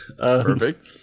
Perfect